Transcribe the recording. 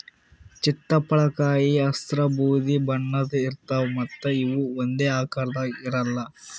ಚಿತ್ತಪಳಕಾಯಿ ಹಸ್ರ್ ಬೂದಿ ಬಣ್ಣದ್ ಇರ್ತವ್ ಮತ್ತ್ ಇವ್ ಒಂದೇ ಆಕಾರದಾಗ್ ಇರಲ್ಲ್